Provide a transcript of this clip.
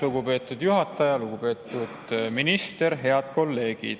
lugupeetud juhataja! Lugupeetud minister! Head kolleegid!